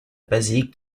basilique